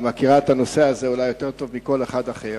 היא מכירה את הנושא הזה אולי יותר טוב מכל אחד אחר.